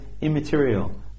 immaterial